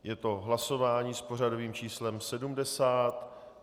Je to hlasování s pořadovým číslem 70.